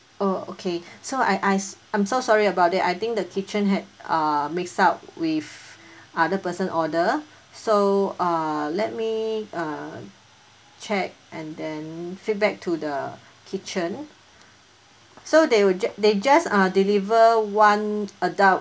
oh okay so I I s~ I'm so sorry about that I think the kitchen had uh mix up with other person order so uh let me uh check and then feedback to the kitchen so they were ju~ they just uh deliver one adult